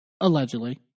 allegedly